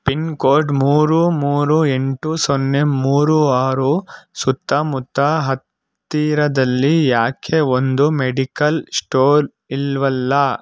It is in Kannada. ಪಿನ್ಕೋಡ್ ಮೂರು ಮೂರು ಎಂಟು ಸೊನ್ನೆ ಮೂರು ಆರು ಸುತ್ತಮುತ್ತ ಹತ್ತಿರದಲ್ಲಿ ಯಾಕೆ ಒಂದೂ ಮೆಡಿಕಲ್ ಶ್ಟೋರ್ ಇಲ್ಲವಲ್ಲ